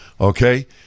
okay